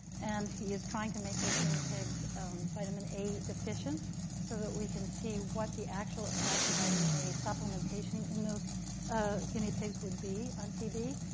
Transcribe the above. and he is trying to make those guinea pigs vitamin a deficient so that we can see what the actual effect of vitamin a supplementation in those ah guinea pigs would be on tb.